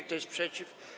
Kto jest przeciw?